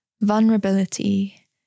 vulnerability